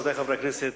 רבותי חברי הכנסת,